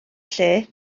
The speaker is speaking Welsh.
lle